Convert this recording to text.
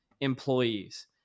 employees